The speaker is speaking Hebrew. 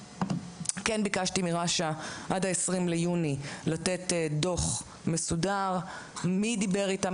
ביקשתי מרש"א עד ה-20 ביוני לתת דוח מסודר מי דיבר איתם,